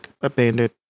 abandoned